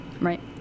Right